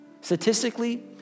statistically